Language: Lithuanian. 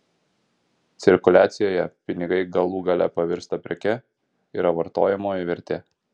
cirkuliacijoje pinigai galų gale pavirsta preke yra vartojamoji vertė